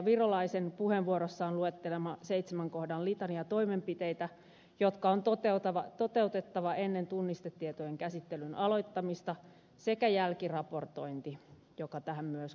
virolaisen puheenvuorossaan luettelema seitsemän kohdan litania toimenpiteitä jotka on toteutettava ennen tunnistetietojen käsittelyn aloittamista sekä jälkiraportointi joka tähän myös kuuluu